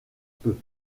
peu